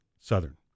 Southern